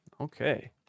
Okay